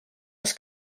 les